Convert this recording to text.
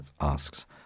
asks